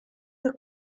the